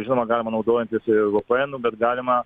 žinoma galima naudojantis ir vpnu bet galima